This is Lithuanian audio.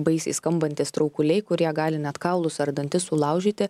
baisiai skambantys traukuliai kurie gali net kaulus ar dantis sulaužyti